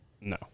no